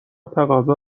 تقاضا